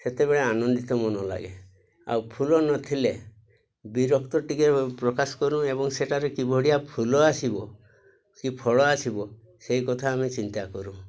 ସେତେବେଳେ ଆନନ୍ଦିତ ମନ ଲାଗେ ଆଉ ଫୁଲ ନଥିଲେ ବିରକ୍ତ ଟିକେ ପ୍ରକାଶ କରୁ ଏବଂ ସେଠାରେ କିଭଳିଆ ଫୁଲ ଆସିବ କି ଫଳ ଆସିବ ସେଇ କଥା ଆମେ ଚିନ୍ତା କରୁ